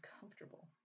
comfortable